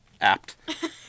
apt